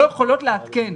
לא מדובר בפערים קטנים.